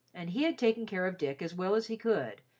and he had taken care of dick as well as he could,